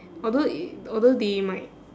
although i~ although they might